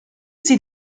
sie